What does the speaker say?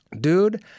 Dude